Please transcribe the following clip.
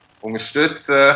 unterstützen